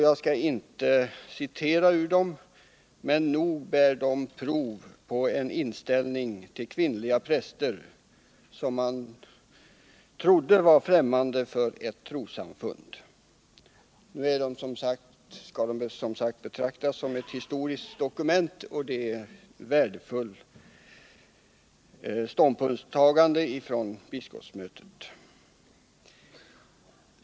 Jag skall inte citera från dem, men nog ger de prov på en inställning till kvinnliga präster som man trodde var främmande för ett trossamfund. Nu skall de som sagt betraktas som ett historiskt dokument, och det är ett värdefullt ståndpunktstagande av biskopsmötet.